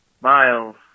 Miles